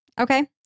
Okay